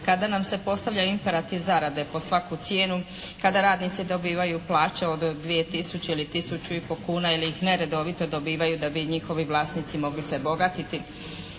kada nam se postavlja imperativ zarade pod svaku cijenu, kada radnici dobivaju plaće od 2 tisuće ili tisuću i pol kuna ili ih neredovito dobivaju da bi njihovi vlasnici mogli se bogatiti,